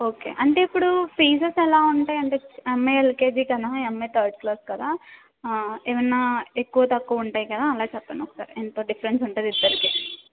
okay అంటే ఇప్పుడూ fees ఎలా ఉంటాయి అంటే ఆ అమ్మాయి ఎల్కెజి కదా ఈ అమ్మాయి థర్డ్ క్లాస్ కదా ఏవన్నా ఎక్కువ తక్కువ ఉంటాయి కదా అలా చెప్పండి ఒకసారి ఎంత డిఫరెన్స్ ఉంటుంది ఇద్దరికి